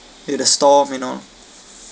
hit the storm you know